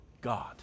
God